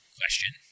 question